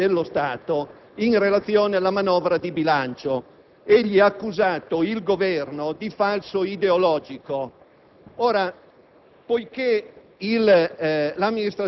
dell'amministratore delegato delle Ferrovie dello Stato in relazione alla manovra di bilancio: egli ha accusato il Governo di falso ideologico.